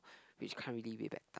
which can't really be back